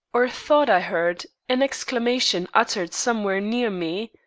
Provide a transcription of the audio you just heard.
or thought i heard, an exclamation uttered somewhere near me.